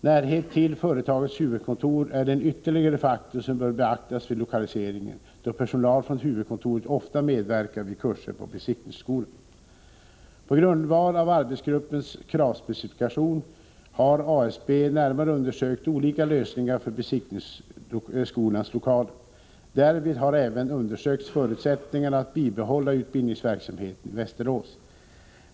Närhet till företagets huvudkontor är en ytterligare faktor som bör beaktas vid lokaliseringen då personal från huvudkontoret ofta medverkar vid kurser på besiktningsskolan. På grundval av arbetsgruppens kravspecifikation har ASB närmare undersökt olika lösningar för besiktningsskolans lokaler. Därvid har även undersökts förutsättningarna att bibehålla utbildningsverksamheten i Västerås.